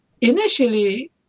initially